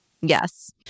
Yes